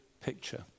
picture